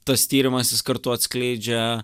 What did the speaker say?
tas tyrimas jis kartu atskleidžia